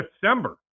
December